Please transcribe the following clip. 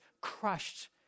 crushed